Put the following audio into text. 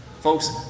Folks